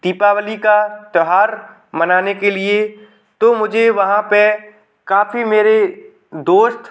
दीपावली का त्यौहार मनाने के लिए तो मुझे वहाँ पर काफी मेरे दोस्त